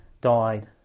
died